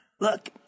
Look